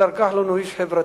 השר כחלון הוא איש חברתי,